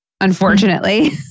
unfortunately